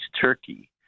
turkey